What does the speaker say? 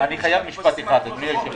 אני חייב משפט אחד אדוני היושב-ראש.